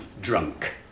drunk